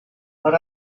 but